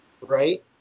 Right